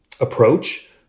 approach